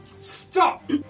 stop